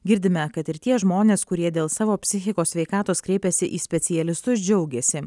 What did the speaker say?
girdime kad ir tie žmonės kurie dėl savo psichikos sveikatos kreipėsi į specialistus džiaugėsi